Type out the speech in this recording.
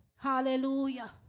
Hallelujah